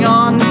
on